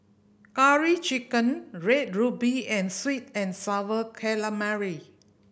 Curry Chicken Red Ruby and sweet and Sour Calamari